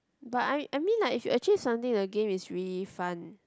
but I I I mean like if you achieve something the game is really fun